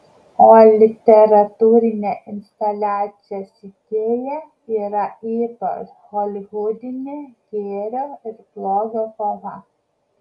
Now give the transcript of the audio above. o literatūrinė instaliacijos idėja yra ypač holivudinė gėrio ir blogio kova